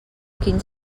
quins